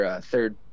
third